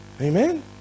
Amen